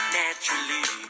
naturally